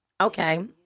Okay